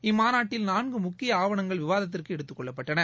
இம்மாநாட்டில் நான்கு முக்கிய ஆவணங்கள் விவாதத்திற்கு எடுத்துக்கொள்ளப்பட்டன